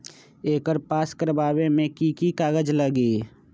एकर पास करवावे मे की की कागज लगी?